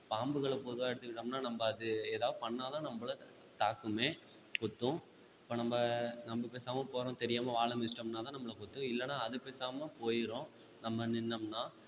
பாம்புகளை பொதுவாக எடுத்துக்கிட்டோம்னால் நம்ம அது ஏதா பண்ணால் தான் நம்மள தாக்குமே கொத்தும் இப்போ நம்ம நம்ம பேசாமல் போகிறோம் தெரியாமல் வாலை மிதிச்சிட்டோம்னால் தான் நம்மள கொத்தும் இல்லைன்னா அது பேசாமல் போயிடும் நம்ம நின்றோம்னா